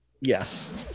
Yes